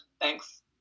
Thanks